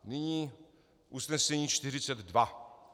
Nyní usnesení 42.